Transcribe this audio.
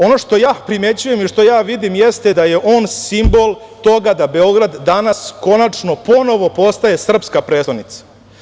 Ono što ja primećujem i što ja vidim jeste da je on simbol toga da Beograd danas konačno ponovo postaje srpska prestonica.